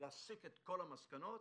להסיק את כל המסקנות.